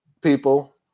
people